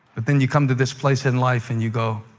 but then you come to this place in life, and you go,